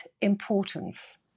importance